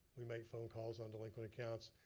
we make phone calls on delinquent accounts.